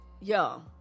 Yo